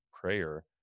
prayer